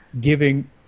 giving